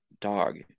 dog